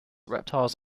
reptiles